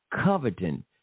coveting